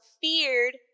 feared